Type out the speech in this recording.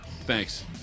Thanks